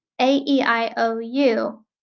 A-E-I-O-U